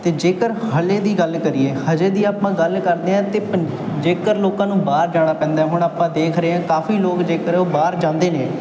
ਅਤੇ ਜੇਕਰ ਹਾਲੇ ਦੀ ਗੱਲ ਕਰੀਏ ਹਜੇ ਦੀ ਆਪਾਂ ਗੱਲ ਕਰਦੇ ਹਾਂ ਅਤੇ ਪੰ ਜੇਕਰ ਲੋਕਾਂ ਨੂੰ ਬਾਹਰ ਜਾਣਾ ਪੈਂਦਾ ਹੁਣ ਆਪਾਂ ਦੇਖ ਰਹੇ ਕਾਫੀ ਲੋਕ ਜੇਕਰ ਉਹ ਬਾਹਰ ਜਾਂਦੇ ਨੇ